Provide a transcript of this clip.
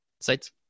sites